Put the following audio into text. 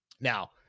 Now